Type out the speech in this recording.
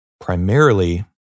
primarily